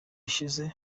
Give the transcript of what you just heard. ishize